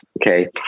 Okay